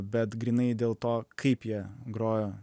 bet grynai dėl to kaip jie grojo